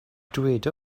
dyweda